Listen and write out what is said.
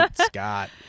Scott